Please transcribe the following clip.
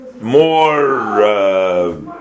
more